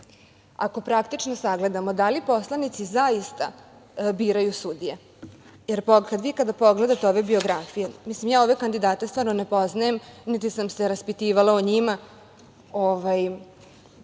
i praktično sagledamo da li poslanici zaista biraju sudije, jer vi kada pogledate ove biografije, ja ove kandidate stvarno ne poznajem, niti sam se raspitivala o njima,